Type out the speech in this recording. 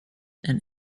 and